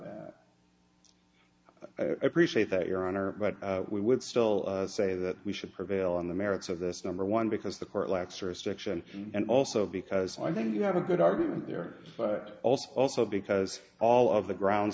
of i appreciate that your honor but we would still say that we should prevail on the merits of this number one because the court lacks restriction and also because i think you have a good argument there also also because all of the grounds